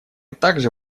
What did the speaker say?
также